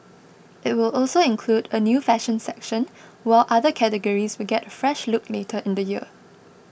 it will also include a new fashion section while other categories will get a fresh look later in the year